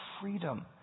freedom